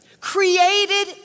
created